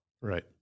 Right